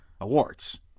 awards